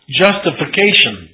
justification